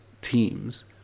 teams